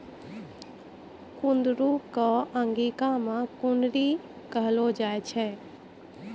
कुंदरू कॅ अंगिका मॅ कुनरी कहलो जाय छै